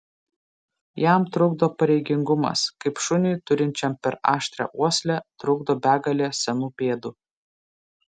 jam trukdo pareigingumas kaip šuniui turinčiam per aštrią uoslę trukdo begalė senų pėdų